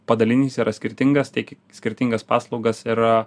padalinys yra skirtingas teikia skirtingas paslaugas ir